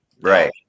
Right